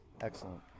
Excellent